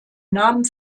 namen